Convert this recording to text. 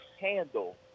handle